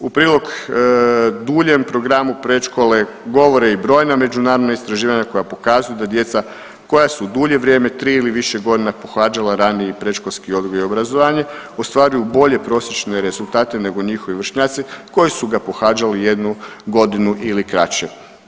U prilog duljem programu predškole govore i brojna međunarodna istraživanja koja pokazuju da djeca koja su dulje vrijeme tri ili više godina pohađala raniji predškolski odgoj i obrazovanje ostvaruju bolje prosječne rezultate nego njihovi vršnjaci koji su ga pohađali jednu godinu ili kraće.